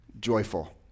joyful